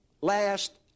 last